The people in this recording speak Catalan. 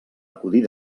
acudir